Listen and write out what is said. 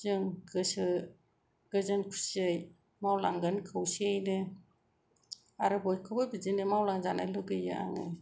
जों गोसो गोजोन खुसियै मावलांगोन खौसेयैनो आरो बयखौबो बिदिनो मावलांजानो लुगैयो आङो